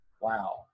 wow